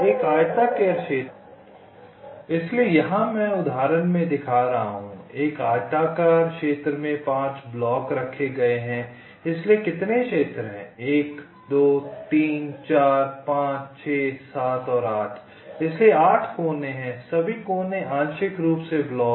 एक आयताकार क्षेत्र में 5 ब्लॉक रखे गए हैं इसलिए कितने क्षेत्र हैं 1 2 3 4 5 6 7 और 8